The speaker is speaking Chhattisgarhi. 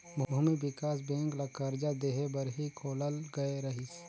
भूमि बिकास बेंक ल करजा देहे बर ही खोलल गये रहीस